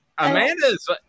Amanda's